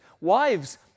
Wives